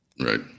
Right